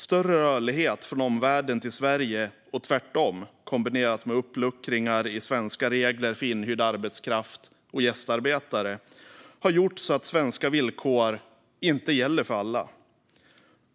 Större rörlighet från omvärlden till Sverige och tvärtom kombinerat med uppluckringar i svenska regler för inhyrd arbetskraft och gästarbetare har gjort att svenska villkor inte gäller för alla.